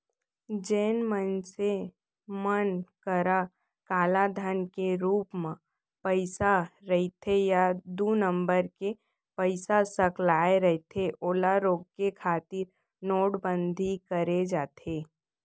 जेन मनसे मन करा कालाधन के रुप म पइसा रहिथे या दू नंबर के पइसा सकलाय रहिथे ओला रोके खातिर नोटबंदी करे जाथे